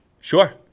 Sure